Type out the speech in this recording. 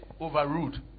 overruled